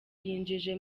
yinjiye